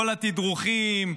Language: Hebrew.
כל התדרוכים,